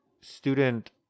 student